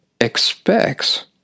expects